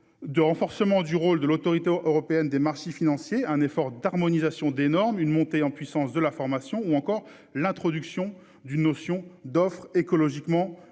De renforcement du rôle de l'Autorité européenne des marchés financiers, un effort d'harmonisation des normes une montée en puissance de la formation ou encore l'introduction d'une notion d'offres écologiquement la plus